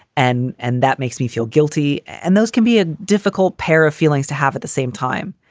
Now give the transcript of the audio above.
and and that makes me feel guilty. and those can be a difficult pair of feelings to have at the same time.